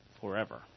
forever